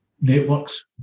networks